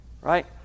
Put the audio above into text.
Right